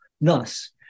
Thus